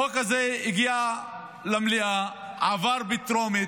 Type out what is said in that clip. החוק הזה הגיע למליאה, עבר בטרומית.